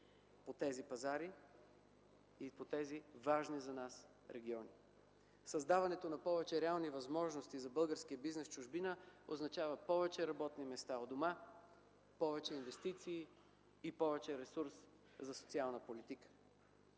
по тези пазари и по тези важни за нас региони. Създаването на повече реални възможности за българския бизнес в чужбина означава повече работни места у дома, повече инвестиции и повече ресурс за социална политика.